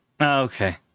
Okay